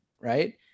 right